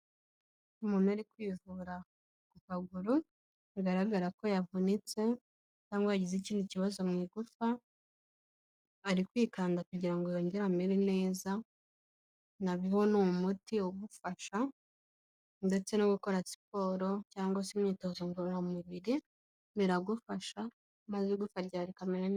Umuntu uri kwivura ku kaguru, bigaragara ko yavunitse cyangwa yagize ikindi kibazo mu igufa. Ari kwikanda kugira ngo yongere amere neza, ntaho ni umuti umufasha ndetse no gukora siporo cyangwa se imyitozo ngororamubiri, biragufasha maze igufwa ryawe rikamera neza.